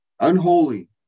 Unholy